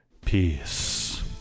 peace